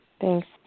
Thanks